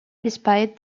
despite